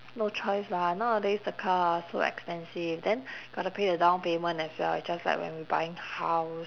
no choice lah nowadays the car so expensive then got to pay the down payment as well it's just like when we buying house